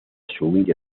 asumir